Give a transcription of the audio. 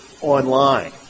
online